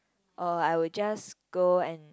or I will just go and